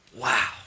Wow